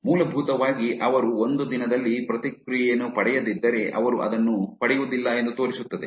ಮೂಲಭೂತವಾಗಿ ಅವರು ಒಂದು ದಿನದಲ್ಲಿ ಪ್ರತಿಕ್ರಿಯೆಯನ್ನು ಪಡೆಯದಿದ್ದರೆ ಅವರು ಅದನ್ನು ಪಡೆಯುವುದಿಲ್ಲ ಎಂದು ತೋರಿಸುತ್ತದೆ